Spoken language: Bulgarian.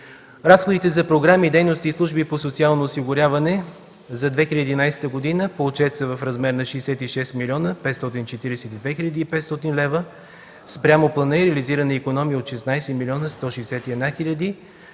Разходите за програми, дейности и служби по социално осигуряване за 2011 г. по отчет са в размер на 66 млн. 542 хил. и 500 лева. Спрямо плана е реализирана икономия от 16 млн. 161 хил.